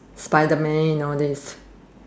Spiderman all these